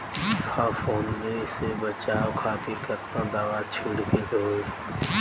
फाफूंदी से बचाव खातिर केतना दावा छीड़के के होई?